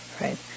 right